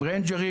עם ריינג'רים,